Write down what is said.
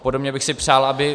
Podobně bych si přál, aby